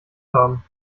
haben